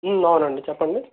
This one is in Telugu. అవునండి చెప్పండీ